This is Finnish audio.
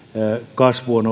kasvu on